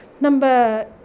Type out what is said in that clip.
number